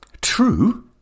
true